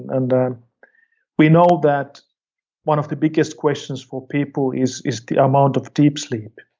and we know that one of the biggest questions for people is is the amount of deep sleep.